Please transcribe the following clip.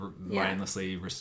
mindlessly